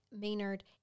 Maynard